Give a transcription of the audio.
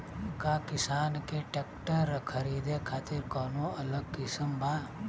का किसान के ट्रैक्टर खरीदे खातिर कौनो अलग स्किम बा?